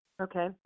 Okay